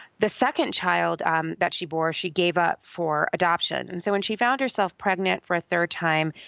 the second child um that she bore, she gave up for adoption. and so when she found herself pregnant for a third time,